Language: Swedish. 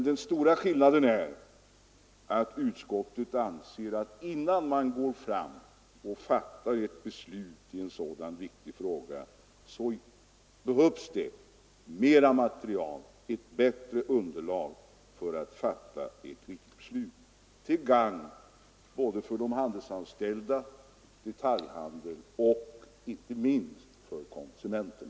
Den stora skillnaden är att utskottet anser att det, innan man fattar ett beslut i en så viktig fråga, behövs mer material och ett bättre underlag för att fatta ett riktigt beslut till gagn för både de handelsanställda, detaljhandeln och inte minst konsumenterna.